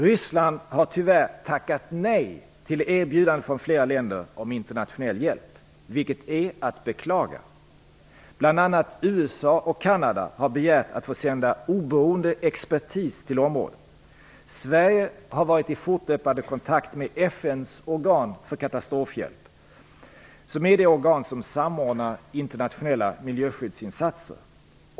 Ryssland har tyvärr tackat nej till erbjudanden från flera länder om internationell hjälp, vilket är att beklaga. Bl.a. USA och Kanada har begärt att få sända oberoende expertis till området. Sverige har varit i fortlöpande kontakt med FN:s organ för katastrofhjälp, Joint ENEP/DHA Environment Unit, som är det organ som samordnar internationella miljöskyddsinsatser.